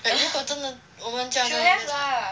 but 如果真的我们家没有那个菜